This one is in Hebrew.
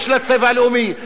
יש לה צבע לאומי,